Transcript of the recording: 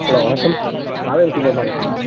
hello வணக்கம் Kaveri super மார்க்கெட்டுங்களா